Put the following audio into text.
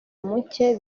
muke